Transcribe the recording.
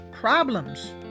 problems